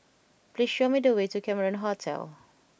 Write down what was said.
please show me the way to Cameron Hotel